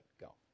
go